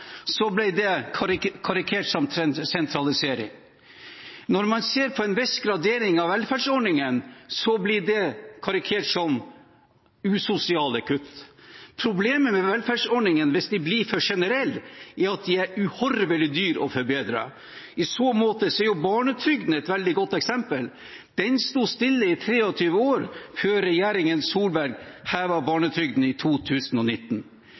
det karikert som «sentralisering». Når man ser på en viss gradering av velferdsordningene, blir det karikert som «usosiale kutt». Problemet med velferdsordningene hvis de blir for generelle, er at de er uhorvelig dyre å forbedre. I så måte er barnetrygden et veldig godt eksempel. Den sto stille i 23 år før regjeringen Solberg hevet barnetrygden i 2019.